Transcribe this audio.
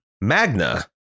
Magna